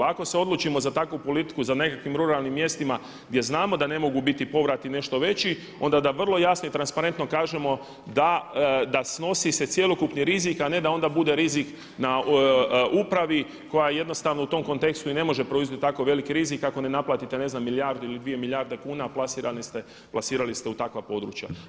Ako se odlučimo za takvu politiku za nekakvim ruralnim mjestima gdje znamo da ne mogu biti povrati nešto veći onda da vrlo jasno i transparentno kažemo da snosi se cjelokupni rizik a ne da onda bude rizik na upravi koja jednostavno u tom kontekstu i ne može preuzeti tako veliki rizik ako ne naplatite ne znam milijardu ili 2 milijarde kuna a plasirali ste u takva područja.